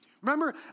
Remember